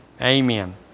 Amen